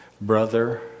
Brother